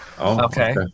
Okay